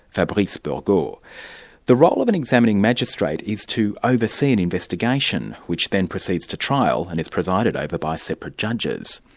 fabrice burgaud. the role of an examining magistrate is to oversee an investigation, which then proceeds to trial and is presided over by separate judges.